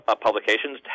publications